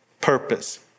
Purpose